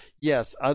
yes